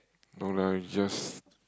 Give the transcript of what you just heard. no lah just